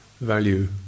value